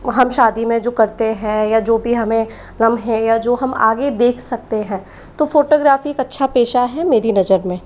हम शादी में जो भी करते है या जो भी हमें लम्हें या जो हम आगे देख सकते है तो फोटोग्राफी एक अच्छा पेशा है मेरी नजर में